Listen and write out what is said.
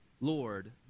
Lord